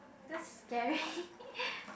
that's scary